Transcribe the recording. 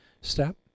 step